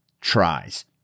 tries